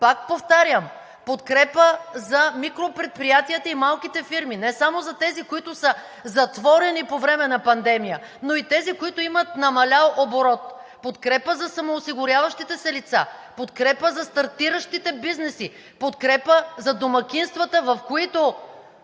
пак повтарям, подкрепа за микропредприятията и малките фирми. Не само за тези, които са затворени по време на пандемия, но и тези, които имат намалял оборот, подкрепа за самоосигуряващите се лица, подкрепа за стартиращите бизнеси, подкрепа за домакинствата, в които